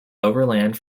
overland